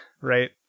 right